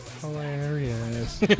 hilarious